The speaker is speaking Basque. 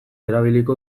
erabiliko